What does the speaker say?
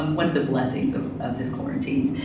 and one of the blessings of of this quarantine.